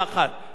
ואז אני,